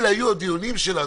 אלה היו הדיונים שלנו.